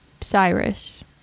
Cyrus